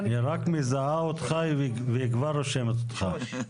היא רק מזהה אותך וכבר רושמת אותך.